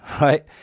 right